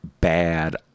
bad